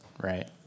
right